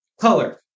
color